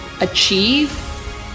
achieve